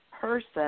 person